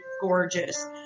gorgeous